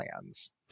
plans